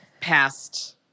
past